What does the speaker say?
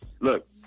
Look